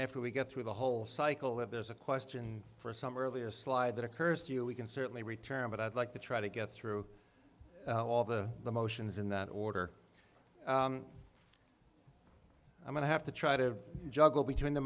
after we get through the whole cycle of there's a question for some earlier slide that occurs to you we can certainly return but i'd like to try to get through all the motions in that order i'm going to have to try to juggle between the